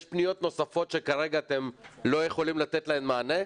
יש פניות נוספות שכרגע אתם לא יכולים לתת להן מענה?